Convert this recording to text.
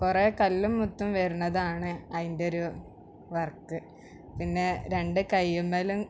കുറെ കല്ലും മുത്തും വരുന്നതാണ് അതിന്റെ ഒരു വർക്ക് പിന്നെ രണ്ട് കയ്യിന്റെ മേലും